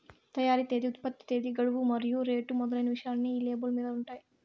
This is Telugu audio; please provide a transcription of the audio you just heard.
తయారీ తేదీ ఉత్పత్తి తేదీ గడువు మరియు రేటు మొదలైన విషయాలన్నీ ఈ లేబుల్ మీద ఉంటాయి